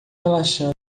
relaxando